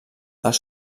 els